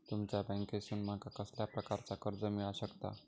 तुमच्या बँकेसून माका कसल्या प्रकारचा कर्ज मिला शकता?